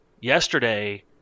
Yesterday